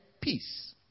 peace